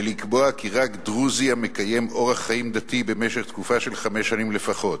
ולקבוע כי רק דרוזי המקיים אורח חיים דתי במשך תקופה של חמש שנים לפחות,